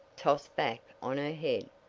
tossed back on her head,